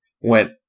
went